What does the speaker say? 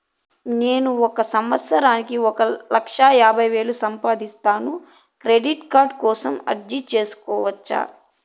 నేను ఒక సంవత్సరానికి ఒక లక్ష యాభై వేలు సంపాదిస్తాను, క్రెడిట్ కార్డు కోసం అర్జీ సేసుకోవచ్చా?